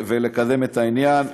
ולקדם את העניין.